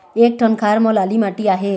एक ठन खार म लाली माटी आहे?